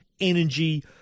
energy